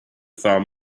found